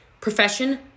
profession